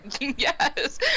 yes